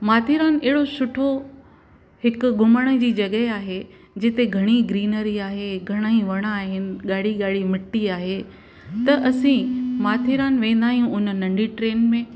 माथेरान अहिड़ो सुठो हिकु घुमण जी जॻह आहे जिते घणी ग्रीनरी आहे घणा ई वण आहिनि गाड़ी गाड़ी मिट्टी आहे त असी माथेरान वेंदा आहियूं हुन नंढी ट्रेन में